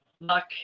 luck